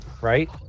Right